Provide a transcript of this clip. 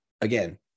again